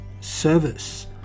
Service